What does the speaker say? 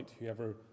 whoever